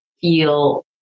feel